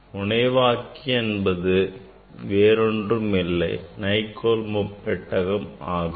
முனைவாக்கி என்பது வேறொன்றுமில்லை Nicol முப்பட்டகம் ஆகும்